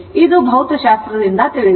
ಇದು ಭೌತಶಾಸ್ತ್ರದಿಂದ ತಿಳಿದಿದೆ